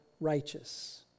righteous